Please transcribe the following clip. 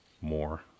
more